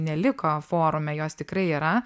neliko forume jos tikrai yra